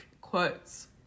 quotes